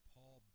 Paul